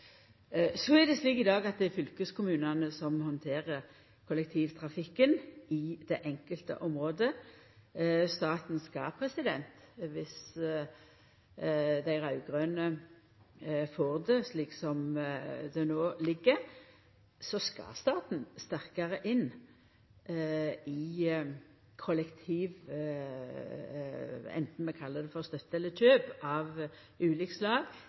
I dag er det fylkeskommunane som handterer kollektivtrafikken i det enkelte området. Staten skal, viss dei raud-grøne får det til slik som det no ser ut, sterkare inn i kollektivtilbodet med støtte eller kjøp – anten vi kallar det det eine eller det andre – av ulikt slag.